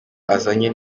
azanye